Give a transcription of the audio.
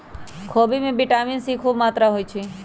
खोबि में vitamin C खूब मत्रा होइ छइ